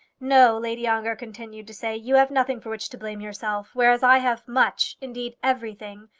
no, lady ongar continued to say. you have nothing for which to blame yourself, whereas i have much indeed everything.